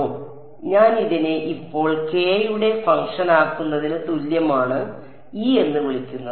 അതിനാൽ ഞാൻ ഇതിനെ ഇപ്പോൾ k യുടെ ഫംഗ്ഷൻ ആക്കുന്നതിന് തുല്യമാണ് E എന്ന് വിളിക്കുന്നത്